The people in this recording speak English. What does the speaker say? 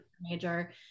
major